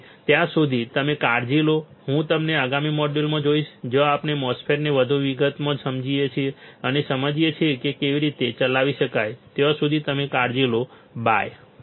તેથી ત્યાં સુધી તમે લોકો કાળજી લો અને હું તમને આગામી મોડ્યુલમાં જોઈશ જ્યાં આપણે MOSFET ને વધુ વિગતમાં સમજીએ છીએ અને સમજીએ છીએ કે તે કેવી રીતે ચલાવી શકાય ત્યાં સુધી તમે કાળજી લો બાય